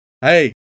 Hey